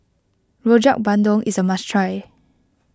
Rojak Bandung is a must try